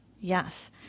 Yes